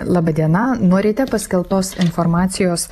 laba diena nuo ryte paskelbtos informacijos